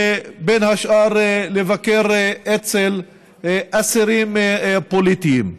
ובין השאר לבקר אצל אסירים פוליטיים.